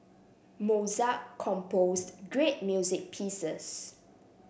Mozart composed great music pieces